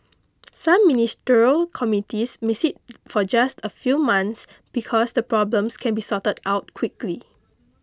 some ministerial committees may sit for just a few months because the problems can be sorted out quickly